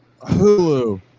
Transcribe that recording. Hulu